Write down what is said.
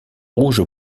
rouge